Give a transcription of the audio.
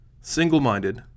single-minded